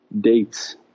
dates